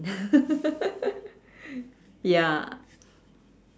ya